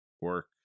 work